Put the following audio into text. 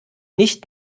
nicht